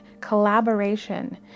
collaboration